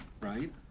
right